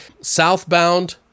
Southbound